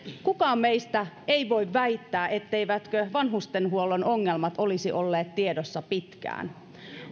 kukaan meistä ei voi väittää etteivätkö vanhustenhuollon ongelmat olisi olleet tiedossa pitkään